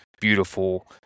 beautiful